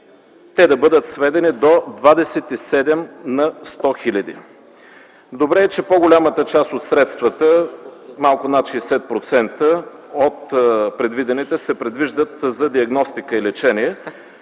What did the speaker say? те да бъдат сведени до 27 на 100 хиляди. Добре е, че по-голямата част от предвидените средства – малко над 60% от предвидените, се предвиждат за диагностика и лечение.